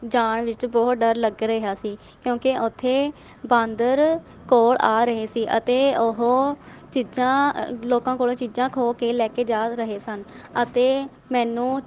ਜਾਣ ਵਿੱਚ ਬਹੁਤ ਡਰ ਲੱਗ ਰਿਹਾ ਸੀ ਕਿਉਂਕਿ ਉੱਥੇ ਬਾਂਦਰ ਕੋਲ ਆ ਰਹੇ ਸੀ ਅਤੇ ਉਹ ਚੀਜ਼ਾਂ ਲੋਕਾਂ ਕੋਲ਼ੋਂ ਚੀਜ਼ਾਂ ਖੋਹ ਕੇ ਲੈ ਕੇ ਜਾ ਰਹੇ ਸਨ ਅਤੇ ਮੈਨੂੰ